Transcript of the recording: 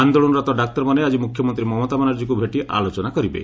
ଆନ୍ଦୋଳନରତ ଡାକ୍ତରମାନେ ଆଜି ମ୍ରଖ୍ୟମନ୍ତ୍ରୀ ମମତା ବାନାର୍ଜୀଙ୍କ ଭେଟି ଆଲୋଚନା କରିବେ